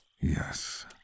Yes